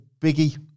biggie